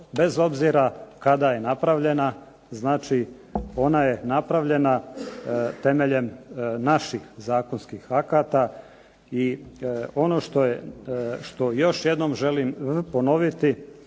bez obzira kada je napravljena, ona je napravljena temeljem naših zakonskih akata. I ono što još jednom želim ponoviti,